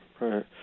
right